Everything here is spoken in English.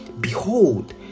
Behold